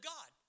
God